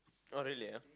oh really ah